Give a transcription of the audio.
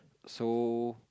so